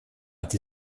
die